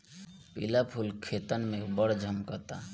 पिला फूल खेतन में बड़ झम्कता